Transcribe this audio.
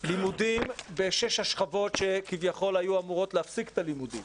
לימודים בשש השכבות שכביכול היו אמורות להפסיק את הלימודים